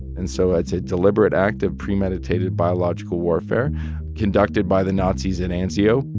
and so it's a deliberate act of premeditated biological warfare conducted by the nazis in anzio